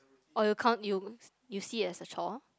or you count you you see it as a chore